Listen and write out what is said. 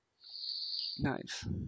Nice